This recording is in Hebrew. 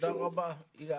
תודה רבה אילן.